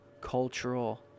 cultural